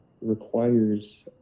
requires